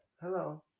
Hello